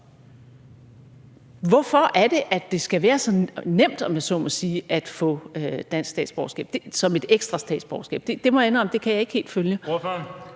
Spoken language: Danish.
hvorfor er det, at det skal være så nemt, om jeg så må sige, at få dansk statsborgerskab, som et ekstra statsborgerskab? Det må jeg indrømme jeg ikke helt kan følge.